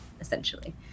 essentially